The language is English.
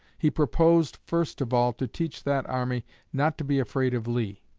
he proposed first of all, to teach that army not to be afraid of lee.